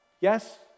Yes